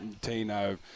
tino